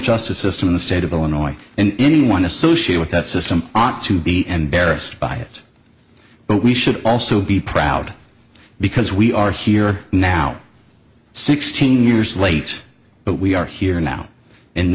justice system in the state of illinois and any one associate with that system ought to be and barest by it but we should also be proud because we are here now sixteen years late but we are here now